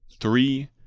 Three